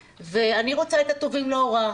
ואני רוצה את הטובים להוראה.